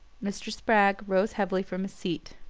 mr. spragg rose heavily from his seat.